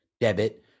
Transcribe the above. debit